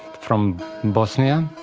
from bosnia,